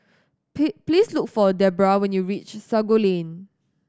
please look for Debra when you reach Sago Lane